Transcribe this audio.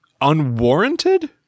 unwarranted